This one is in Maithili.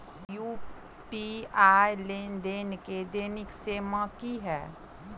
यु.पी.आई लेनदेन केँ दैनिक सीमा की है?